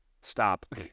stop